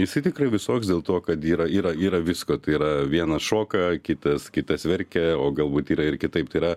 jisai tikrai visoks dėl to kad yra yra yra visko tai yra vienas šoka kitas kitas verkia o galbūt yra ir kitaip tai yra